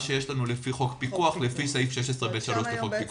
שיש לנו לפי סעיף 16(ב)(3) לחוק הפיקוח.